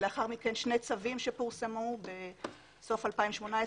ולאחר מכן שני צווים שפורסמו בסוף 2018,